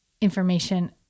information